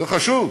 זה חשוב.